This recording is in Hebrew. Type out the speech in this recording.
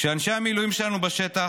כשאנשי המילואים שלנו בשטח,